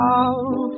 Love